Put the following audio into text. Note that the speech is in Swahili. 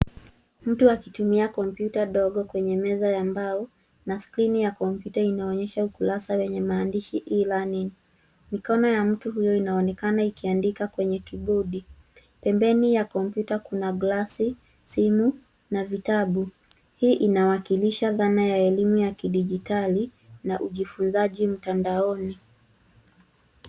Mtu akitumia kompyuta ndogo kwenye meza ya mbao na skrini ya kompyuta inaonyesha ukurasa wenye maandishi e-learning . Mikono ya mtu huyo inaonekana ikiandika kwenye kiibodi. Pembeni ya kompyuta kuna glasi, simu na vitabu. Hii inawakilisha dhana ya elimu ya kidijitali na ujifunzaji mtandaoni.